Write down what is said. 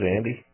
Andy